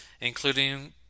including